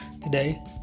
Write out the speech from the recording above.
today